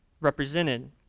represented